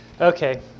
Okay